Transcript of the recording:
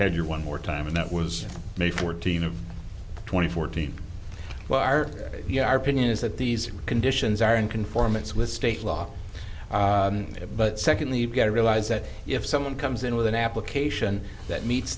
had your one more time and that was made fourteen of twenty fourteen where are you are pinion is that these conditions are in conformance with state law but secondly you've got to realize that if someone comes in with an application that meets